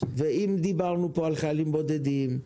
ואם דיברנו פה על חיילים בודדים,